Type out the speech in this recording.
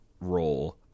role